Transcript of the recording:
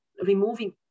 removing